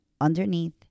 underneath